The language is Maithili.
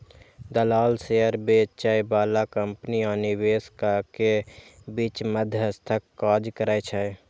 दलाल शेयर बेचय बला कंपनी आ निवेशक के बीच मध्यस्थक काज करै छै